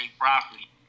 property